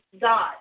God